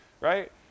right